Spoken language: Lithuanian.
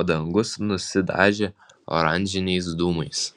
o dangus nusidažė oranžiniais dūmais